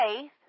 faith